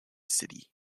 city